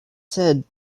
said